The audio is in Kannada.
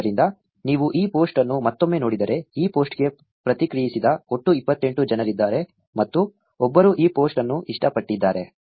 ಆದ್ದರಿಂದ ನೀವು ಈ ಪೋಸ್ಟ್ ಅನ್ನು ಮತ್ತೊಮ್ಮೆ ನೋಡಿದರೆ ಈ ಪೋಸ್ಟ್ಗೆ ಪ್ರತಿಕ್ರಿಯಿಸಿದ ಒಟ್ಟು 28 ಜನರಿದ್ದಾರೆ ಮತ್ತು ಒಬ್ಬರು ಈ ಪೋಸ್ಟ್ ಅನ್ನು ಇಷ್ಟಪಟ್ಟಿದ್ದಾರೆ